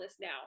now